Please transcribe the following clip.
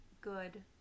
good